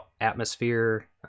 atmosphere